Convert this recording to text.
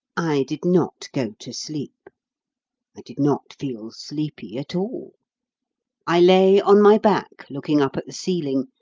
i did not go to sleep i did not feel sleepy at all i lay on my back, looking up at the ceiling,